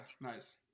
nice